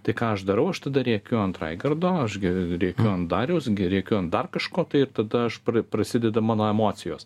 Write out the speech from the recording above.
tai ką aš darau aš tada rėkiu ant raigardo aš gi rėkiu ant dariaus gi rėkiu ant dar kažko tai ir tada aš prasideda mano emocijos